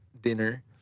dinner